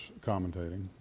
commentating